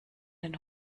den